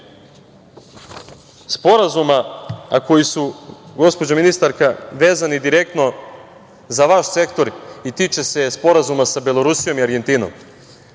sporazuma koji su, gospođo ministarka, vezani direktno za vaš sektor i tiče se sporazuma sa Belorusijom i Argentinom,